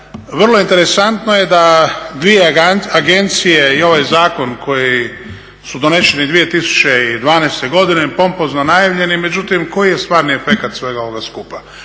vrlo interesantno je da dvije agencije i ovaj zakon koji su doneseni 2012. godine, pompozno najavljeni, međutim koji je stvarni efekat svega ovoga skupa?